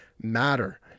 matter